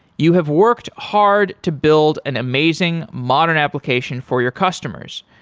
you have worked hard to build an amazing modern application for your customers.